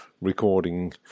recording